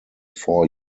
four